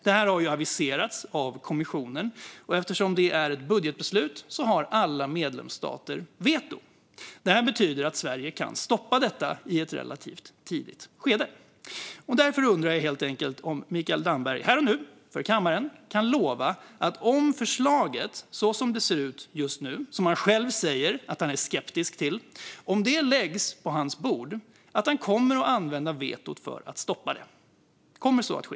Det här har aviserats av kommissionen, och eftersom det är ett budgetbeslut har alla medlemsstater veto. Det betyder att Sverige kan stoppa detta i ett relativt tidigt skede. Därför undrar jag om Mikael Damberg här och nu inför kammaren kan lova att han, om förslaget som det ser ut just nu, som han själv säger att han är skeptisk till, läggs på hans bord kommer att använda vetot för att stoppa det. Kommer så att ske?